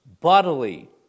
bodily